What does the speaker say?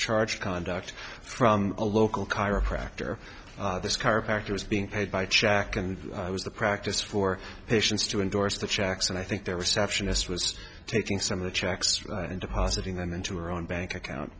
charge conduct from a local chiropractor this chiropractor is being paid by check and it was the practice for patients to endorse the checks and i think their reception us was taking some of the checks and depositing them into our own bank account